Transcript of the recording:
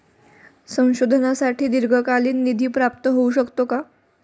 संशोधनासाठी दीर्घकालीन निधी प्राप्त होऊ शकतो का?